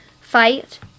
Fight